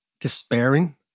despairing